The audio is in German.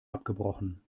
abgebrochen